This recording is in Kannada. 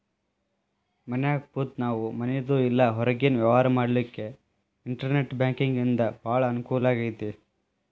ಮನ್ಯಾಗ್ ಕೂತ ನಾವು ಮನಿದು ಇಲ್ಲಾ ಹೊರ್ಗಿನ್ ವ್ಯವ್ಹಾರಾ ಮಾಡ್ಲಿಕ್ಕೆ ಇನ್ಟೆರ್ನೆಟ್ ಬ್ಯಾಂಕಿಂಗಿಂದಾ ಭಾಳ್ ಅಂಕೂಲಾಗೇತಿ